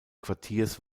quartiers